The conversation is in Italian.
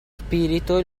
spirito